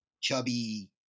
chubby